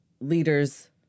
leaders